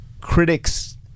critics